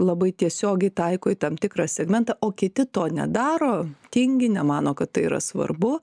labai tiesiogiai taiko į tam tikrą segmentą o kiti to nedaro tingi nemano kad tai yra svarbu